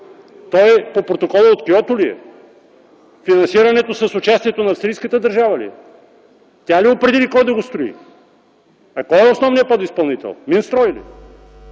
Той по Протокола от Киото ли е? Финансирането с участието на австрийската държава ли е? Тя ли определи кой да го строи? А кой е основният подизпълнител - „Минстрой” ли?